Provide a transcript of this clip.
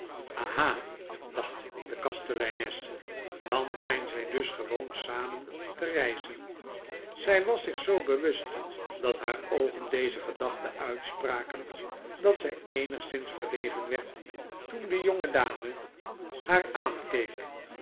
aha dacht de kasteleines dan zijn zij dus gewoon samen te reizen zij was zich zoo bewust dat haar oogen deze gedachte uitspraken dat zij eenigszins verlegen werd toen de jongedame haar